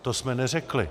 To jsme neřekli.